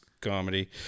comedy